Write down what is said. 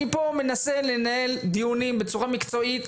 אני פה מנסה לנהל דיונים בצורה מקצועית,